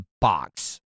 box